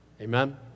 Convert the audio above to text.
Amen